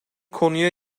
konuya